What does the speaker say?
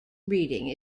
reading